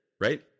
right